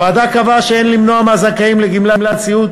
הוועדה קבעה שאין למנוע מהזכאים לגמלת סיעוד